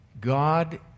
God